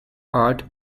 art